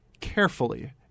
carefully